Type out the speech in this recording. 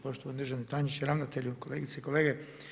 Poštovani državni tajniče, ravnatelju, kolegice i kolege.